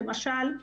למשל,